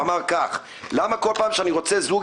הוא אמר כך: "למה כל פעם שאני רוצה זוג